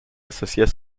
associées